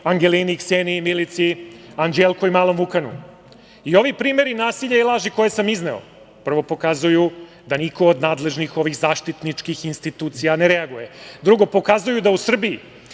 Angelini, Kseniji, Milici, Anđelku i malom Vukanu. Ovi primeri nasilja i laži koje sam izneo prvo pokazuju da niko od nadležnih ovih zaštitničkih institucija ne reaguje. Drugo, pokazuju da u Srbiji